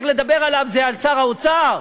צריך לדבר עליו זה שר האוצר.